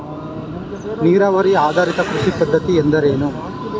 ನೀರಾವರಿ ಆಧಾರಿತ ಕೃಷಿ ಪದ್ಧತಿ ಎಂದರೇನು?